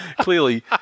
clearly